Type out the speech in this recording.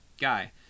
guy